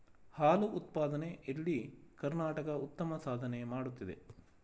ಹಾಲು ಉತ್ಪಾದನೆ ಎಲ್ಲಿ ಕರ್ನಾಟಕ ಉತ್ತಮ ಸಾಧನೆ ಮಾಡುತ್ತಿದೆ